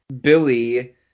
Billy